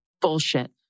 bullshit